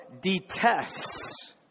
detests